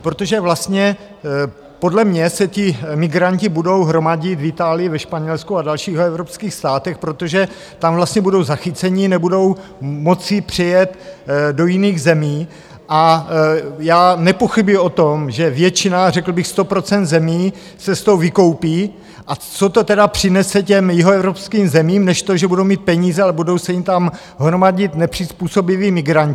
Protože vlastně podle mě se ti migranti budou hromadit v Itálii, ve Španělsku a dalších evropských státech, protože tam vlastně budou zachyceni, nebudou moci přejet do jiných zemí, a já nepochybuji o tom, že většina, řekl bych 100 % zemí se z toho vykoupí, a co to tedy přinese těm jihoevropským zemím než to, že budou mít peníze, ale budou se jim tam hromadit nepřizpůsobiví migranti.